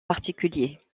particulier